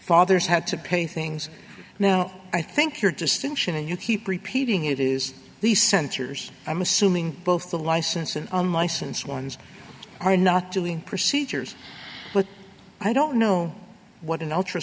fathers had to pay things now i think your distinction and you keep repeating it is these sensors i'm assuming both the license and unlicensed ones are not doing procedures but i don't know what an ult